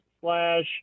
slash